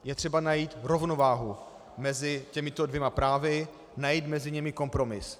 Je třeba najít rovnováhu mezi těmito dvěma právy, najít mezi nimi kompromis.